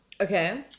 Okay